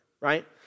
right